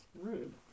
Rude